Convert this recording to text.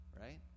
right